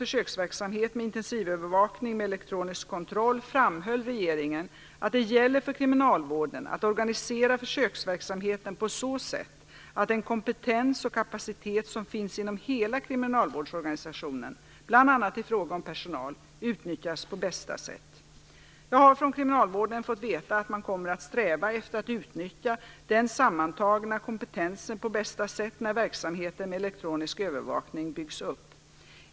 framhöll regeringen att det gäller för kriminalvården att organisera försöksverksamheten på så sätt att den kompetens och kapacitet som finns inom hela kriminalvårdsorganisationen, bl.a. i fråga om personal, utnyttjas på bästa sätt. Jag har från kriminalvården fått veta att man kommer att sträva efter att utnyttja den sammantagna kompetensen på bästa sätt när verksamheten med elektronisk övervakning byggs upp.